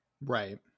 right